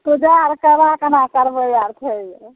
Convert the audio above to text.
पूजा आओर करा कोना करबै आओर छै